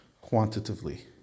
quantitatively